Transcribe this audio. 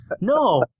No